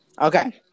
Okay